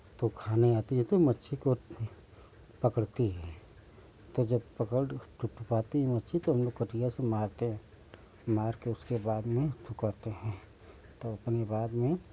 तो खाने आती है तो मच्छी को पकड़ती हैं तो जब पकड़ टूट पाती है मच्छी तो हम लोग कटिया से मारते हैं मारके उसके बाद में हैं तो अपने बाद में